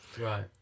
right